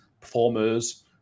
performers